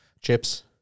Chips